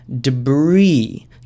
debris